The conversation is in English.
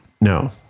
No